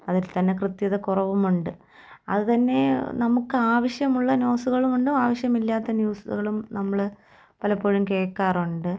അവരിൽ തന്നെ കൃത്യത കുറവുമുണ്ട് അതു തന്നെ നമുക്ക് ആവശ്യമുള്ള ന്യൂസുകളുമുണ്ട് ആവശ്യമില്ലാത്ത ന്യൂസുകളും നമ്മൾ പലപ്പോഴും കേൾക്കാറുണ്ട്